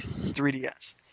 3DS